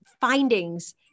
findings